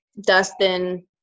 Dustin